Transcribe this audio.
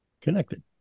Connected